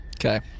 Okay